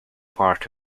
part